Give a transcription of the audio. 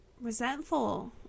resentful